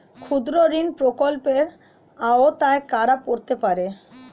ক্ষুদ্রঋণ প্রকল্পের আওতায় কারা পড়তে পারে?